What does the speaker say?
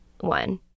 one